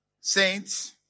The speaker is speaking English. saints